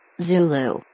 Zulu